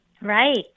Right